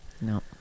No